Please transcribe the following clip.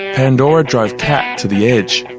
pandora drove kat to the edge.